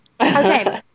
Okay